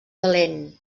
valent